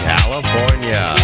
California